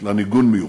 יש לה ניגון מיוחד,